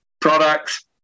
products